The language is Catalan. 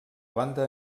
banda